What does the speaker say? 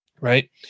right